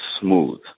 smooth